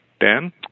Dan